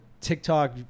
TikTok